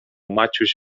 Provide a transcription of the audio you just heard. maciuś